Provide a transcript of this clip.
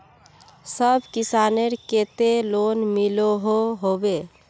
सब किसानेर केते लोन मिलोहो होबे?